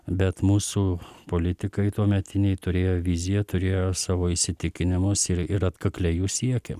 bet mūsų politikai tuometiniai turėjo viziją turėjo savo įsitikinimus ir ir atkakliai jų siekė